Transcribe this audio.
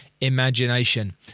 imagination